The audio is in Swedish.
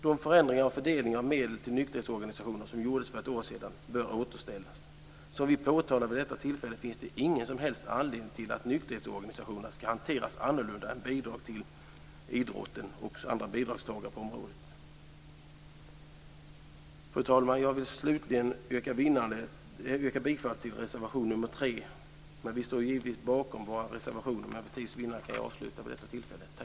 De förändringar av fördelningen av medel till nykterhetsorganisationerna som gjordes för ett år sedan bör återställas. Som vi påtalade vid detta tillfälle finns det ingen som helst anledning till att bidrag till nykterhetsorganisationerna ska hanteras annorlunda än bidrag till idrotten eller till andra områden. Fru talman! Jag vill slutligen yrka bifall till reservation nr 3. Vi står givetvis bakom våra reservationer, men för tids vinnande kan jag avsluta vid detta tillfälle.